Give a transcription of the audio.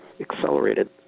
accelerated